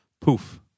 poof